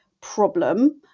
problem